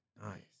Nice